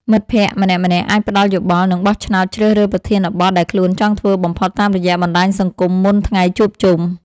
មិត្តភក្តិម្នាក់ៗអាចផ្ដល់យោបល់ និងបោះឆ្នោតជ្រើសរើសប្រធានបទដែលខ្លួនចង់ធ្វើបំផុតតាមរយៈបណ្ដាញសង្គមមុនថ្ងៃជួបជុំ។